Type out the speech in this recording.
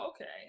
Okay